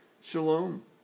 shalom